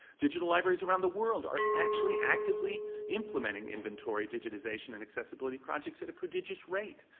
digital libraries around the world are actually actively implementing inventory digitization and accessibility projects at a prodigious rate.